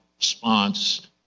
response